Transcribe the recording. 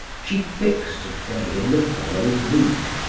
she fixed a day in the following week,